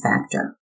factor